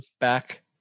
back